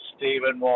Stephen